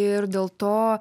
ir dėl to